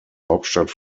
hauptstadt